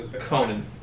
Conan